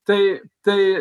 tai tai